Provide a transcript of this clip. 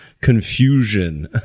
confusion